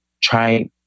try